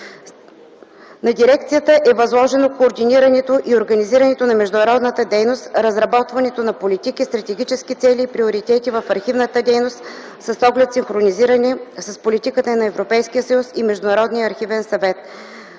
На дирекцията е възложено координирането и организирането на международната дейност, разработването на политики, стратегически цели и приоритети в архивната дейност с оглед синхронизиране с политиката на Европейския съюз и Международния архивен съвет.